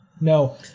No